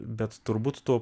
bet turbūt to